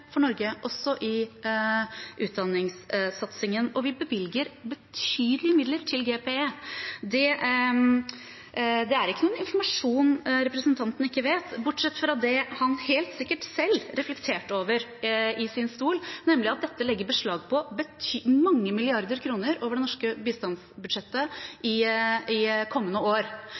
for Norge, også i utdanningssatsingen, og vi bevilger betydelige midler til GPE. Det er ikke noen informasjon representanten ikke har, bortsett fra det han helt sikkert selv reflekterte over i sin stol – nemlig at dette legger beslag på mange milliarder kroner over det norske bistandsbudsjettet i kommende år.